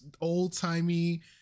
old-timey